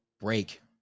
break